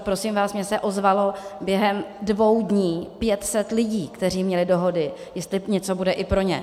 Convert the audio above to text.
Prosím vás, mně se ozvalo během dvou dnů pět set lidí, kteří měli dohody, jestli něco bude i pro ně.